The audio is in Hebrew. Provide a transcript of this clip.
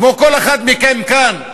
כמו כל אחד מכם כאן,